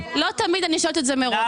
תמיד אני שואלת את זה מראש.